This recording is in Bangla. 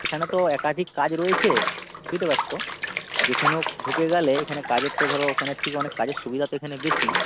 এখানে তো একাধিক কাজ রয়েছে বুঝতে পারছ যেখানে হোক ঢুকে গেলে এখানে কাজের তো ধরো ওখানের থেকে অনেক কাজের সুবিধা তো এখানে বেশি